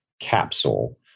capsule